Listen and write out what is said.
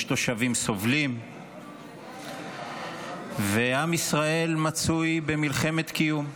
יש שם תושבים סובלים ועם ישראל מצוי במלחמת קיום.